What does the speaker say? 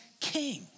king